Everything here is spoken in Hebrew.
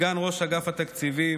סגן ראש אגף התקציבים,